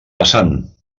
passant